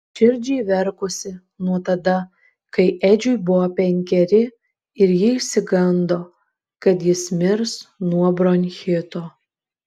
širdžiai verkusi nuo tada kai edžiui buvo penkeri ir ji išsigando kad jis mirs nuo bronchito